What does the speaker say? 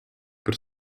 per